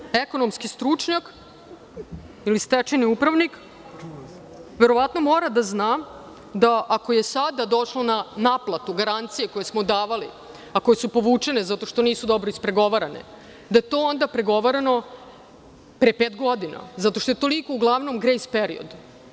Ako je neko ekonomski stručnjak ili stečajni upravnik, verovatno mora da zna da ako je došlo na naplatu, garancije koje smo davali, a koje su povučene zato što nisu dobro ispregovarane, da je to onda pregovarano pre pet godina, zato što je toliko uglavnom grejs period.